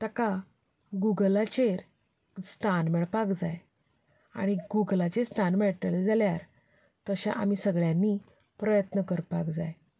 ताका गूगलाचेर स्थान मेळपाक जाय आनी गूगलाचेर स्थान मेळटलें जाल्यार तशें आमी सगल्यांनी प्रयत्न करपाक जाय